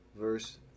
Verse